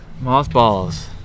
mothballs